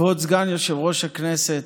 כבוד סגן יושב-ראש הכנסת,